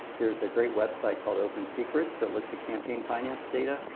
there's a great website called open secrets that looks at campaign finance data,